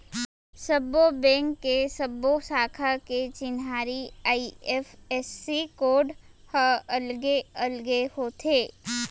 सब्बो बेंक के सब्बो साखा के चिन्हारी आई.एफ.एस.सी कोड ह अलगे अलगे होथे